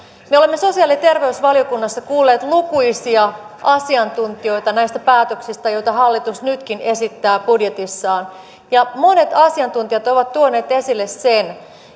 me olemme sosiaali ja terveysvaliokunnassa kuulleet lukuisia asiantuntijoita näistä päätöksistä joita hallitus nytkin esittää budjetissaan ja monet asiantuntijat ovat tuoneet esille sen